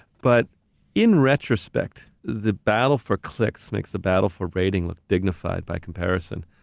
but in retrospect, the battle for clicks makes the battle for rating look dignified by comparison,